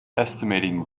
estimating